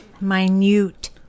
Minute